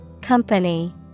Company